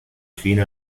fine